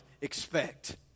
expect